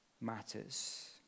matters